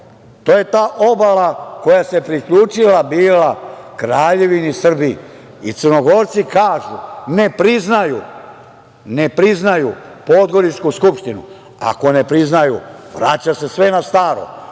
To je ta obala koja se priključila bila Kraljevini Srbiji. I Crnogorci kažu – ne priznaju, ne priznaju Podgoričku skupštinu. Ako ne priznaju, vraća se sve na staro,